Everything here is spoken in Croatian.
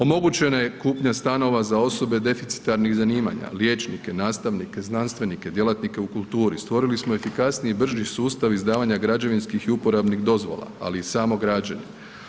Omogućena je kupnja stanova za osobe deficitarnih zanimanja, liječnike, nastavnike, znanstvenike, djelatnike u kulturi, stvorili smo efikasniji i brži sustav izdavanja građevinskih i uporabnih dozvola, ali i samo građenje.